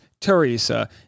Teresa